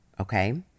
Okay